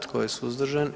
Tko je suzdržan?